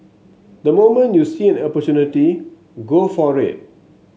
the moment you see an opportunity go for it